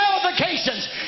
qualifications